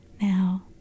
now